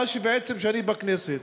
בעצם מאז שאני בכנסת: